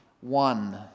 One